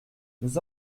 nous